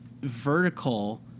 vertical